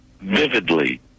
Vividly